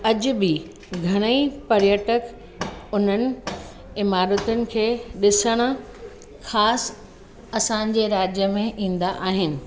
अॼ बि घणेई पर्यटक उन्हनि इमारतुनि खे ॾिसण ख़ासि असांजे राज्य में ईंदा आहिनि